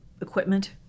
equipment